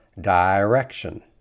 direction